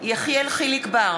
יחיאל חיליק בר,